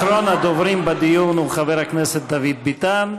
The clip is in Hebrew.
אחרון הדוברים בדיון הוא חבר הכנסת דוד ביטן.